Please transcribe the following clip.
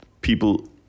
people